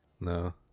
No